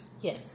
yes